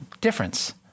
difference